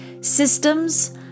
systems